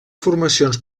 formacions